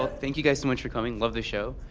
ah thank you guys so much for coming love the show.